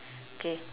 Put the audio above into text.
K